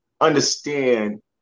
understand